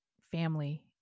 family